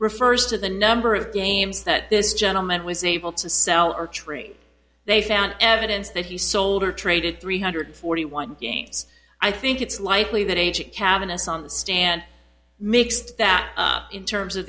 refers to the number of games that this gentleman was able to sell or tree they found evidence that he sold or traded three hundred forty one games i think it's likely that age cabinets on the stand mixed that in terms of